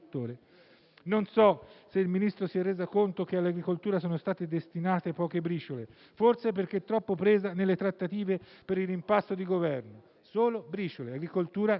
Non so se il Ministro si è reso conto che all'agricoltura sono state destinate poche briciole, forse perché troppo presa nelle trattative per il rimpasto di Governo: solo briciole, all'agricoltura niente.